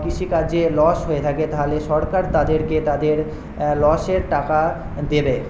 কৃষিকার্যে loss হয়ে থাকে তাহলে সরকার তাদেরকে তাদের লসের টাকা দেবে